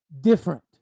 different